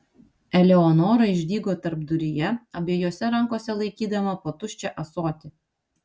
eleonora išdygo tarpduryje abiejose rankose laikydama po tuščią ąsotį